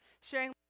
sharing